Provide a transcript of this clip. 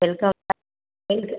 welcome sir welcome